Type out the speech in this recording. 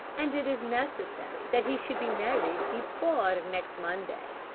and it is necessary that he should be married before next monday.